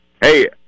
hey